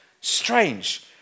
strange